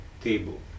table